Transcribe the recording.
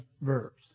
verbs